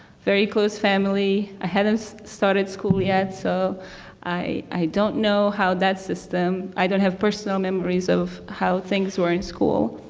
very close family. i hadn't started school yet so i don't know how that system, i don't have personal memories of how things were at and school.